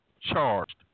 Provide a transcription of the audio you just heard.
charged